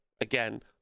Again